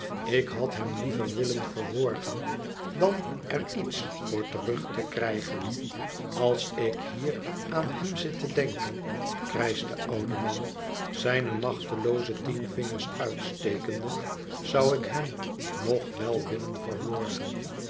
ik had hem liever willen verworgen dan er niets voor terug te krijgen als ik hier aan hem zit te denken krijscht de oude man zijne machtelooze tien vingers uitstekende zou ik hem nog wel willen verworgen